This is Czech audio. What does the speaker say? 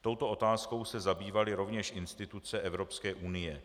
Touto otázkou se zabývaly rovněž instituce Evropské unie.